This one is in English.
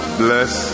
bless